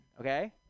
okay